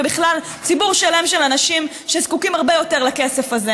ובכלל ציבור שלם של אנשים שזקוקים הרבה יותר לכסף הזה